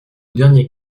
dernier